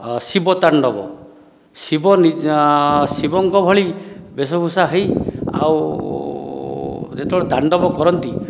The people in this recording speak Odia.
ଶିବ ତାଣ୍ଡବ ଶିବ ଶିବଙ୍କ ଭଳି ବେଶ ଭୁଷା ହୋଇ ଆଉ ଯେତେବେଳେ ତାଣ୍ଡବ କରନ୍ତି